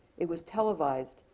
it was televised,